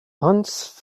hans